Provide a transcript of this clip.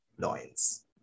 loins